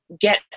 get